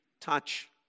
touch